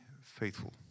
faithful